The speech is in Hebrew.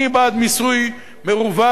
אני בעד מיסוי מרווח,